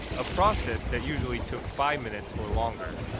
a process that usually took five minutes or longer.